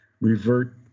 revert